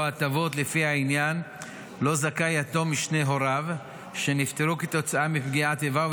ההטבות לפי העניין שלהן זכאי יתום משני הוריו שנפטרו כתוצאה מפגיעת איבה,